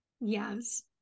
Yes